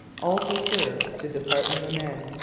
also served to dishearten the men.